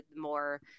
more